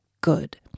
good